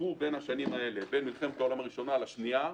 התפתחו בין מלחמת העולם הראשונה לשנייה.